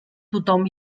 tothom